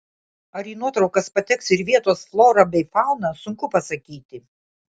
ar į nuotraukas pateks ir vietos flora bei fauna sunku pasakyti